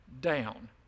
down